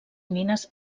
mines